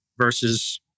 versus